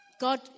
God